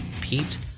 pete